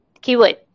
keyword